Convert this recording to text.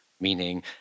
meaning